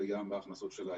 וגם בהכנסות של העירייה.